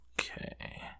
Okay